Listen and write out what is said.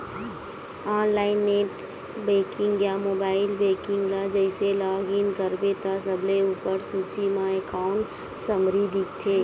online net banking या mobile banking ल जइसे लॉग इन करबे त सबले उप्पर सूची म एकांउट समरी दिखथे